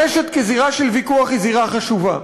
הרשת כזירה של ויכוח היא זירה חשובה.